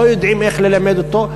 לא יודעים איך ללמד אותו.